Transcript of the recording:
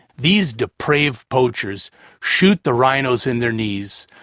these depraved poachers shoot the rhinos in their knees,